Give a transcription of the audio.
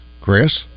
Chris